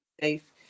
safe